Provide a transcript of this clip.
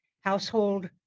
household